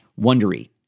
Wondery